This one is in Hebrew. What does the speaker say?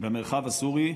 במרחב הסורי,